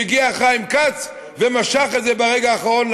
והגיע חיים כץ ומשך את זה ברגע האחרון,